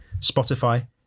Spotify